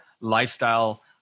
lifestyle